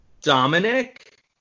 Dominic